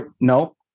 no